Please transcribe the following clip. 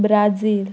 Brazil